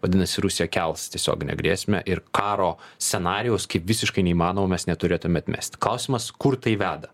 vadinasi rusija kels tiesioginę grėsmę ir karo scenarijaus kaip visiškai neįmanomą mes neturėtume atmesti klausimas kur tai veda